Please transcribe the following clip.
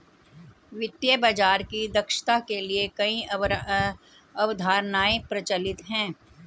वित्तीय बाजार की दक्षता के लिए कई अवधारणाएं प्रचलित है